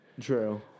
True